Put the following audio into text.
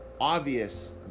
obvious